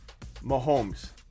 Mahomes